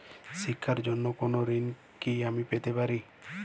শিক্ষার জন্য কোনো ঋণ কি আমি পেতে পারি?